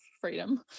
freedom